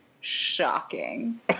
shocking